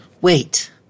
Wait